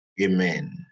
Amen